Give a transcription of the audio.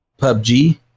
PUBG